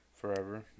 Forever